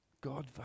God